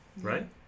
Right